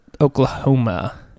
Oklahoma